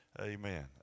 Amen